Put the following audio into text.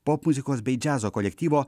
popmuzikos bei džiazo kolektyvo